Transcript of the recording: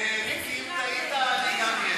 המדינה והיועץ המשפטי לממשלה.